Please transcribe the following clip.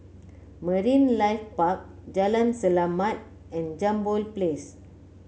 Marine Life Park Jalan Selamat and Jambol Place